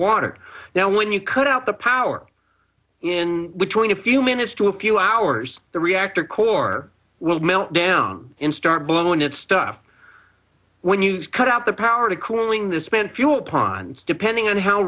water now when you cut out the power in a few minutes to a pew hours the reactor core will melt down in start blowing that stuff when you cut out the power to cooling the spent fuel ponds depending on how